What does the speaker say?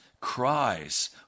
cries